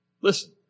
Listen